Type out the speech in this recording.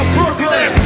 Brooklyn